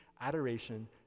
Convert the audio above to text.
adoration